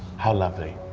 how lovely.